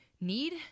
need